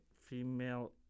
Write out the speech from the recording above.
female